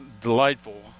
delightful